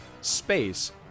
space